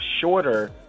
shorter